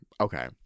Okay